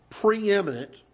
preeminent